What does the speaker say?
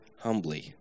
humbly